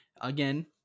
Again